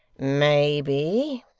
maybe,